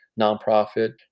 nonprofit